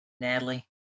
Natalie